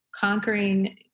conquering